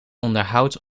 onderhoudt